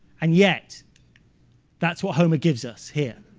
and yet that's what homer gives us here.